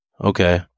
Okay